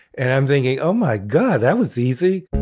and i'm thinking, oh my god, that was easy.